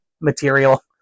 material